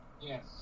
Yes